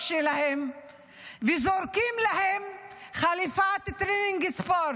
שלהן וזורקים להן חליפת טרנינג ספורט?